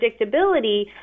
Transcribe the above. predictability